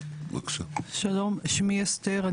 שלום, שמי אסתר.